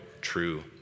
true